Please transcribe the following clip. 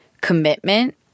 commitment